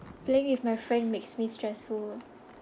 playing with my friend makes me stressful